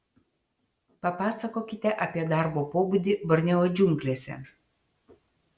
papasakokite apie darbo pobūdį borneo džiunglėse